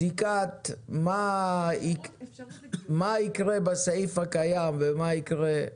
בדיקת מה יקרה בסעיף הקיים ומה יקרה בדרך החדשה,